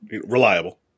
Reliable